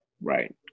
right